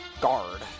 guard